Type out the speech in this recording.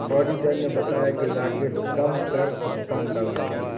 auditor ने बताया कि राकेश कम कर भुगतान करता है